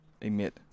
emit